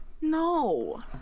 No